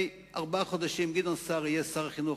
ארבעה חודשים: גדעון סער יהיה שר החינוך,